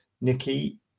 Nikki